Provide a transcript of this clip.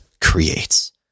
creates